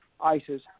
ISIS